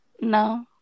No